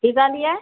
की कहलियै